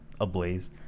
ablaze